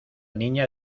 niña